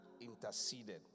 interceded